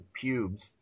pubes